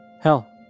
Hell